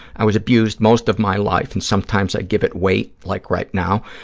i was abused most of my life and sometimes i give it weight, like right now.